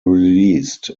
released